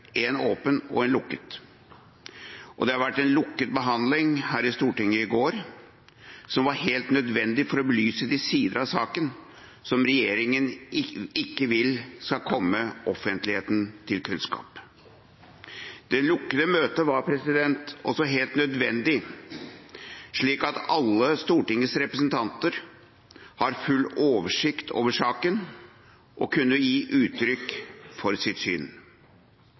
én åpen og én lukket. Det var en lukket behandling her i Stortinget i går, som var helt nødvendig for å belyse de sidene av saken som regjeringen ikke vil skal komme offentligheten til kunnskap. Det lukkede møtet var også helt nødvendig for at alle Stortingets representanter skulle få full oversikt over saken og kunne gi uttrykk for sitt syn.